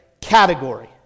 category